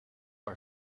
are